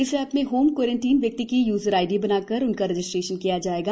इस एप में home quarantine व्यक्ति की यूजर आईडी बनाकर उसका रजिस्ट्रेशन किया जाएगा